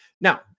Now